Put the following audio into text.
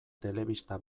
telebista